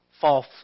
false